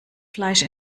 fleisch